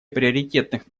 приоритетных